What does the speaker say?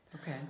Okay